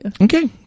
Okay